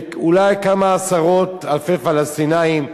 אולי כמה עשרות אלפי פלסטינים,